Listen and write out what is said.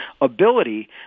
ability